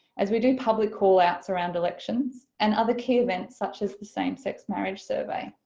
as we do probably call-outs around elections and other key events such as the same sex marriage survey.